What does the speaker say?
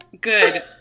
good